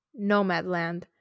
Nomadland